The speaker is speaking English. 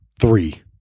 Three